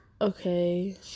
Okay